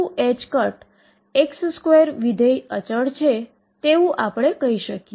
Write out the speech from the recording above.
તો ચાલો જોઈએ કે ભૌતિક વેવ માટે k શું છે અથવા પાર્ટીકલ માટે k શું છે